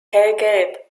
hellgelb